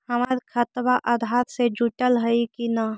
हमर खतबा अधार से जुटल हई कि न?